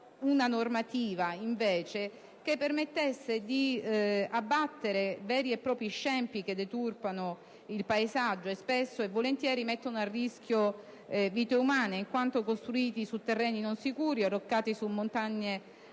una normativa, al contrario, che permettesse di abbattere veri e propri scempi che deturpano il paesaggio e spesso e volentieri mettono a rischio vite umane, in quanto costruiti su terreni non sicuri, arroccati su montagne